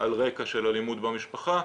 על רקע של אלימות במשפחה,